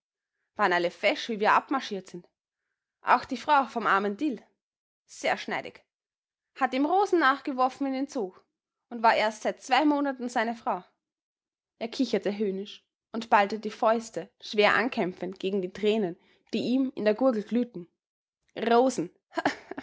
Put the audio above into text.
waren alle fesch wie wir abmarschiert sind auch die frau vom armen dill sehr schneidig hat ihm rosen nachgeworfen in den zug und war erst seit zwei monaten seine frau er kicherte höhnisch und ballte die fäuste schwer ankämpfend gegen die tränen die ihm in der gurgel glühten rosen